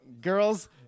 Girls